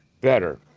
better